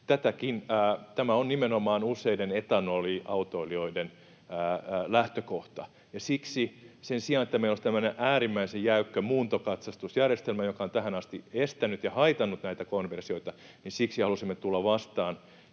Tämä on nimenomaan useiden etanoliautoilijoiden lähtökohta, ja siksi sen sijaan että meillä olisi tämmöinen äärimmäisen jäykkä muuntokatsastusjärjestelmä, joka on tähän asti estänyt ja haitannut näitä konversioita, halusimme tulla vastaan.